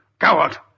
Coward